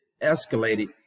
escalated